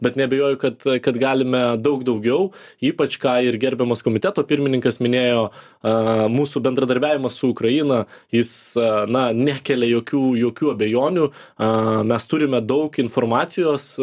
bet neabejoju kad kad galime daug daugiau ypač ką ir gerbiamas komiteto pirmininkas minėjo a mūsų bendradarbiavimas su ukraina jis na nekelia jokių jokių abejonių a mes turime daug informacijos